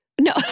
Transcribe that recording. No